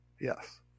yes